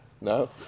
No